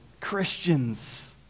Christians